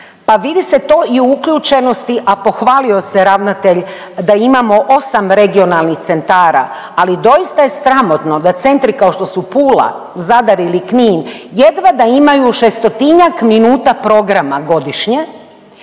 pa vidi se to i u uključenosti, a pohvalio se ravnatelj da imamo osam regionalnih centara, ali doista je sramotno da centri kao što su Pula, Zadar ili Knin jedva da imaju 600-njak minuta programa godišnje,